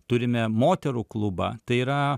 turime moterų klubą tai yra